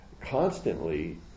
constantly